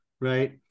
right